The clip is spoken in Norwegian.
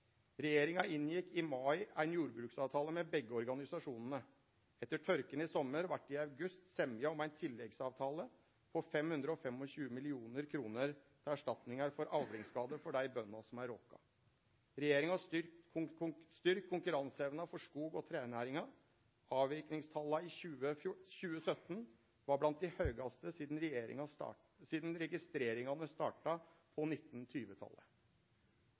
Etter tørken i sommar vart det i august semje om ein tilleggsavtale på 525 mill. kr til erstatningar for avlingsskade for dei bøndene som er råka. Regjeringa har styrkt konkurranseevna for skog- og trenæringa. Avverkingstala i 2017 var blant dei høgaste sidan registreringane starta på 1920-talet. Overskotet på